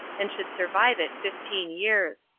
and should survive it fifteen years,